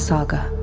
Saga